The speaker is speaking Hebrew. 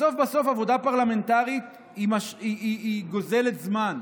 בסוף, בסוף עבודה פרלמנטרית היא גוזלת זמן.